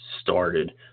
started